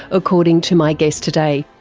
according to my guest today.